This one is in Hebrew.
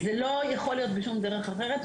זה לא יכול להיות בשום דרך אחרת.